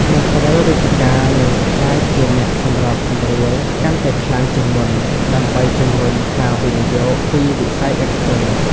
មន្ត្រីរាជការនឹងក្លាយជាអ្នកសម្របសម្រួល កាន់តែខ្លាំងជាងមុន ដើម្បីជំរុញការវិនិយោគពីវិស័យឯកជន។